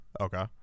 Okay